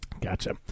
Gotcha